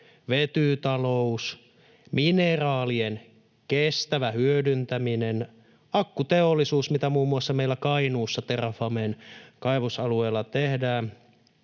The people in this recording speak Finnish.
vetytalous, mineraalien kestävä hyödyntäminen, akkuteollisuus — mitä muun muassa meillä Kainuussa Terrafamen kaivosalueella tehdään,